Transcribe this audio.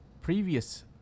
previous